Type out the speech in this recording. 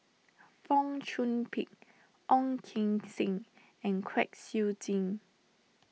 Fong Chong Pik Ong Keng Sen and Kwek Siew Jin